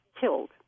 killed